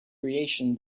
creation